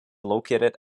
located